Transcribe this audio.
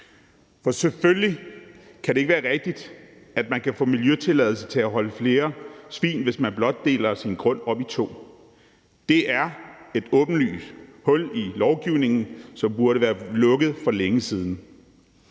for selvfølgelig kan det ikke være rigtigt, at man kan få miljøtilladelse til at holde flere svin, hvis man blot deler sin grund op i to. Det er et åbenlyst hul i lovgivningen, som burde være lukket for længe siden.